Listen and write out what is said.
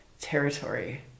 territory